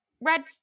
red